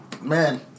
man